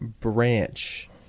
Branch